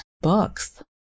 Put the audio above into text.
books